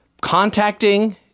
contacting